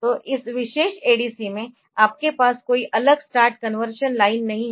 तो इस विशेष ADC में आपके पास कोई अलग स्टार्ट कन्वर्शन लाइन नहीं है